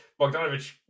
Bogdanovich